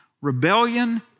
Rebellion